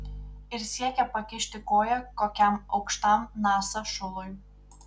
ir siekia pakišti koją kokiam aukštam nasa šului